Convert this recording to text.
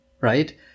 Right